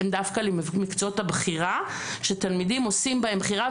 הם דווקא למקצועות הבחירה שתלמידים עושים בהם בחירה,